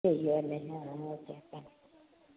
ചെയ്യുവല്ലേ ആ ഓക്കേ ക്കേ